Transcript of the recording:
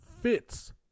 fits